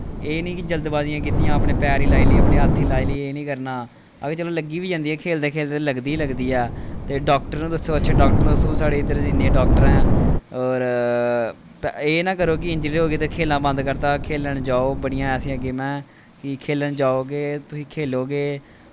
एह् निं कि जलदबाजियां कीतियां आपने पैरे लाई लेई अपने हत्थें गी लाई लेई एह् निं करना अगर चलो लग्गी बी जंदी ऐ खेलदे खेलदे लगदी गै लगदी ऐ ते डाक्टर गी दस्सो अच्छे डाक्टर गी दस्सो साढ़े इद्धर दे इन्ने डाक्टर ऐं होर एह् नां करो कि इंजरी हो गेई ते खेलना बंद करी दित्ता खेलन जाओ बड़ियां एसियां गेमां ऐं कि खेलन जाओगे तुसी खेलोगे